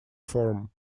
form